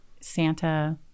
Santa